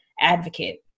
advocate